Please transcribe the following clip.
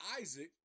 Isaac